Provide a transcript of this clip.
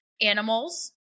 animals